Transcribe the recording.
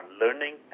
learning